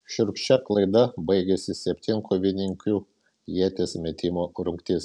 šiurkščia klaida baigėsi septynkovininkių ieties metimo rungtis